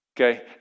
okay